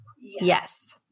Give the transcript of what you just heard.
Yes